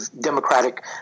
democratic